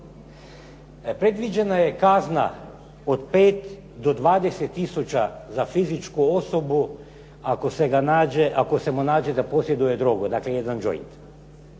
Predviđena je kazna od 5 do 20 tisuća za fizičku osobu ako se ga nađe, ako se mu nađe da posjeduje drogu, dakle jedan joint.